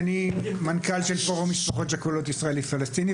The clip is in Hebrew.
מנכ״ל של פורום המשפחות השכולות הישראלי-פלסטיני.